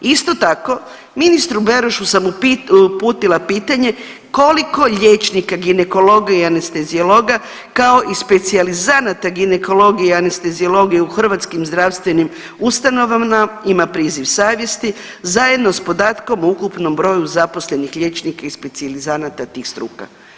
Isto tako ministru Berošu sam uputila pitanje koliko liječnika ginekologa i anesteziologa, kao i specijalizanata ginekologije i anesteziologije u hrvatskim zdravstvenim ustanovama ima priziv savjesti zajedno s podatkom o ukupnom broju zaposlenih liječnika i specijalizanata tih struka.